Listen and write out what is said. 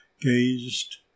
gazed